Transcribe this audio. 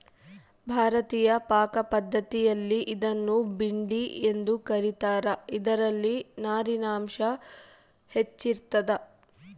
ಭಾರತೀಯ ಪಾಕಪದ್ಧತಿಯಲ್ಲಿ ಇದನ್ನು ಭಿಂಡಿ ಎಂದು ಕ ರೀತಾರ ಇದರಲ್ಲಿ ನಾರಿನಾಂಶ ಹೆಚ್ಚಿರ್ತದ